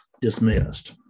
dismissed